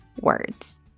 words